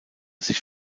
sich